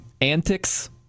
antics